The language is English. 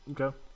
okay